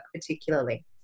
particularly